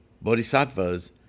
Bodhisattvas